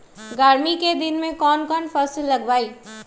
गर्मी के दिन में कौन कौन फसल लगबई?